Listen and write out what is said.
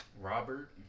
Robert